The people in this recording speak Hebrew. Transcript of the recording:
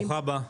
ברוכה הבאה.